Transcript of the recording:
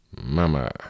mama